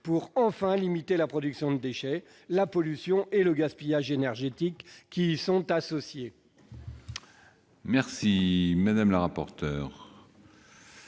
pour enfin limiter la production de déchets, la pollution et le gaspillage énergétique qui y sont associés.